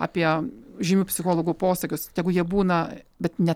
apie žymių psichologų posakius tegu jie būna bet ne